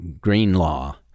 Greenlaw